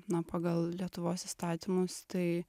na pagal lietuvos įstatymus tai